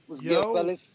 Yo